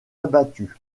abattu